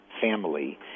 family